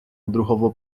odruchowo